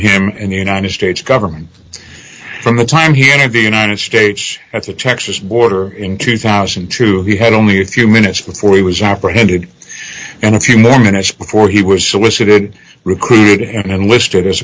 him and the united states government from the time he entered the united states at the texas border in two thousand and two he had only a few minutes before he was apprehended and a few more minutes before he was solicited recruited him and listed as a